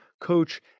coach